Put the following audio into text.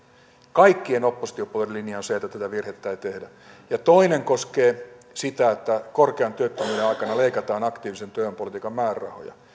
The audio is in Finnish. kaikkien oppositiopuolueiden linja on se että tätä virhettä ei tehdä toinen koskee sitä että korkean työttömyyden aikana leikataan aktiivisen työvoimapolitiikan määrärahoja